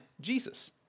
Jesus